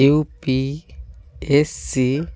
U P S C